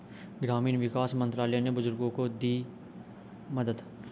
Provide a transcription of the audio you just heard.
ग्रामीण विकास मंत्रालय ने बुजुर्गों को दी मदद